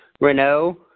Renault